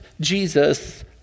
Jesus